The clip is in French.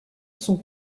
sont